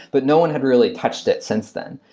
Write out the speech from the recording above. but no one had really touched it since then,